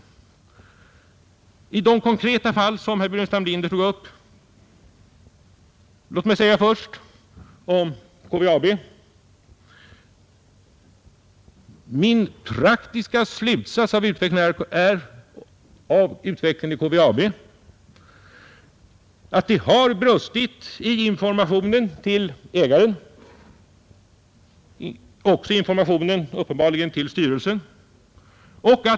Låt mig i de konkreta fall som herr Burenstam Linder tar upp först om KVAB säga: Min praktiska slutsats av utvecklingen i KVAB är att det har brustit i information till ägaren samt också uppenbarligen i information till styrelsen.